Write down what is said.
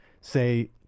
say